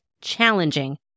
challenging